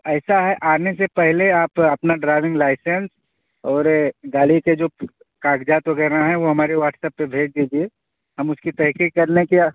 ایسا ہے آنے سے پہلے آپ اپنا ڈرائیونگ لائسینس اور گاڑی کے جو کاغذات وغیرہ ہیں وہ ہمارے واٹسپ پہ بھیج دیجیے ہم اس کی تحقیق کر لیں کہ